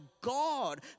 God